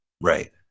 Right